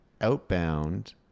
outbound